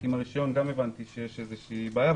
הבנתי שעם הרישיון יש איזו בעיה.